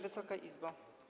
Wysoka Izbo!